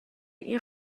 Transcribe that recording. این